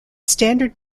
standard